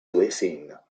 blessing